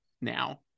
now